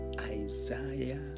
Isaiah